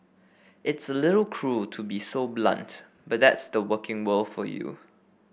it's a little cruel to be so blunt but that's the working world for you